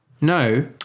No